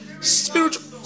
Spiritual